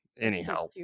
anyhow